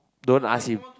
don't ask him